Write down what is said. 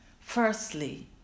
Firstly